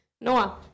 Noah